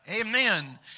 Amen